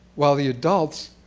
while, the adults,